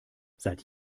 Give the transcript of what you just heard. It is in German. seit